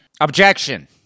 Objection